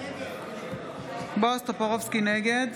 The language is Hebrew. נגד